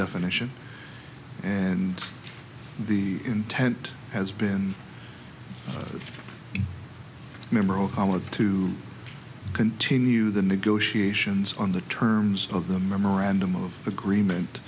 definition and the intent has been a member of khalid to continue the negotiations on the terms of the memorandum of agreement